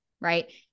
right